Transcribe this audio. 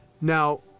Now